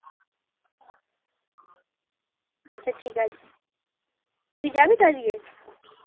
আচ্ছা ঠিক আছে তুই যাবি তো আজকে